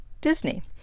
Disney